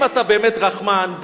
אם אתה באמת רחמן,